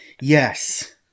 yes